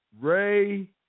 Ray